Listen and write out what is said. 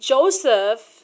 Joseph